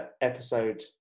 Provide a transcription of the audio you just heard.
episode